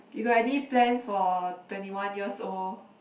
you got any plans for twenty one years old